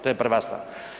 To je prva stvar.